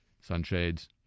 sunshades